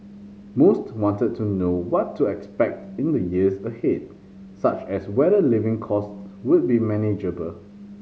most wanted to know what to expect in the years ahead such as whether living costs would be manageable